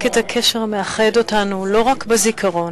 את הקשר המאחד אותנו לא רק בזיכרון,